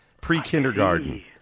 pre-kindergarten